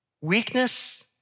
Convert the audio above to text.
weakness